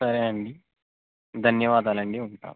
సరే అండి ధన్యవాదాలు అండి ఉంటాను